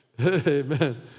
amen